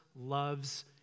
loves